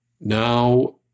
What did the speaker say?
now